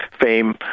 fame